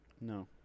no